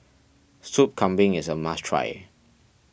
Sup Kambing is a must try